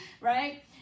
Right